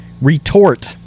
retort